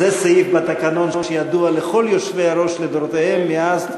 זה סעיף בתקנון שידוע לכל יושבי-הראש לדורותיהם מאז,